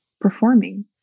performing